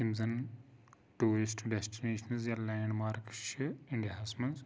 یِم زَن tourist destinations یا لینٛڈ مارکٕس چھِ اِنڈیاہَس منٛز